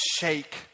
shake